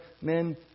men